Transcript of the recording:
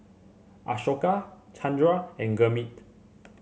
Ashoka Chandra and Gurmeet